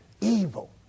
evil